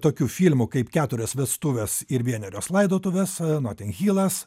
tokių filmų kaip keturios vestuvės ir vienerios laidotuvės noten hilas